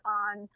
on